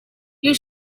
you